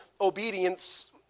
obedience